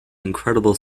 incredible